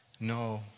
No